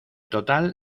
total